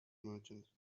merchant